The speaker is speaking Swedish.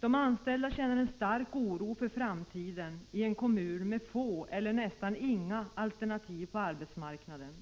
De anställda känner stark oro för framtiden i en kommun med få, nästan inga, alternativ på arbetsmarknaden.